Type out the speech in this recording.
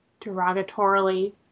derogatorily